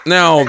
Now